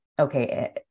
okay